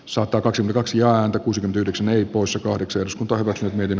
sota kaksi kaksi ja kuusi yhdeksän poissa kahdeksan osku torro medin